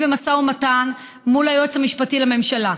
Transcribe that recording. אני במשא ומתן מול היועץ המשפטי לממשלה.